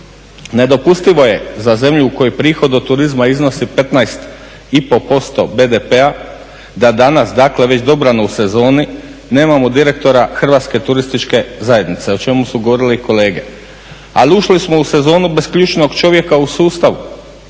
Nedopustivo je za zemlju u kojoj prihod od turizma iznosi 15 i pol posto BDP-a da danas, dakle već dobrano u sezoni nemamo direktora Hrvatske turističke zajednice o čemu su govorili kolege. Ali ušli smo u sezonu bez ključnog čovjeka u sustavu.